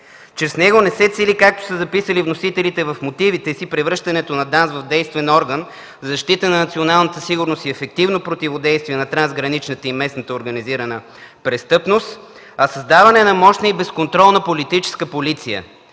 че с него не се цели, както са записали вносителите в мотивите си, превръщането на ДАНС в действен орган в защита на националната сигурност и ефективно противодействие на трансграничната и местната организирана престъпност, а създаване на мощна и безконтролна политическа полиция,